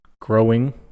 growing